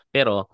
Pero